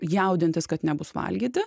jaudintis kad nebus valgyti